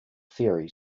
theory